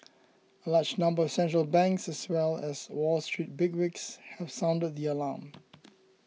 a large number of central banks as well as Wall Street bigwigs have sounded the alarm